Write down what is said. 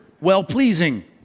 well-pleasing